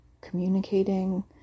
communicating